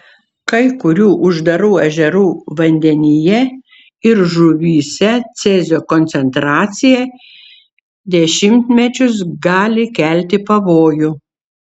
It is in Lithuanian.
kai kurių uždarų ežerų vandenyje ir žuvyse cezio koncentracija dešimtmečius gali kelti pavojų